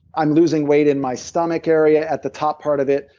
i'm losing weight in my stomach area, at the top part of it,